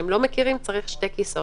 שהם לא מכירים צריך שני כיסאות,